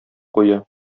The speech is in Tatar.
куя